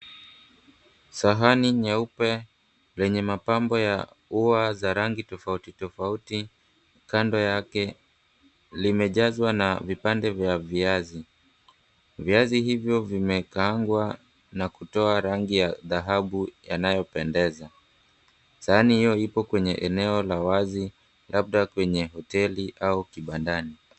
Sahani nyeupe lenye mapambo ya ua za rangi tofautitofauti, kando yake limejazwa na vipande vya viazi. Viazi hivyo vimekaangwa na kutoa rangi ya dhahabu yanayopendeza. Sahani iyo ipo kwenye sehemu ya wazi labda kwenye hoteli au kibandani.